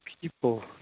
people